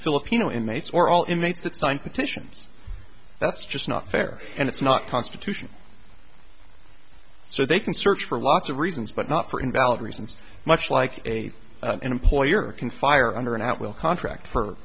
filipino inmates or all inmates that sign petitions that's just not fair and it's not constitutional so they can search for lots of reasons but not for invalid reasons much like a employer can fire under an at will contract for